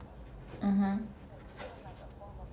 (uh huh)